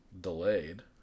delayed